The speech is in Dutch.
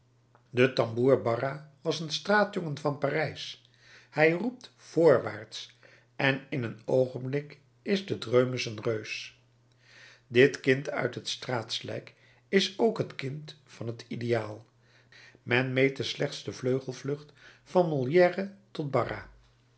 de tamboer barra was een straatjongen van parijs hij roept voorwaarts en in een oogenblik is de dreumes een reus dit kind uit het straatslijk is ook het kind van het ideaal men mete slechts de vleugelvlucht van molière tot barra